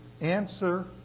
Answer